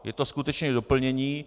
Je to skutečně doplnění.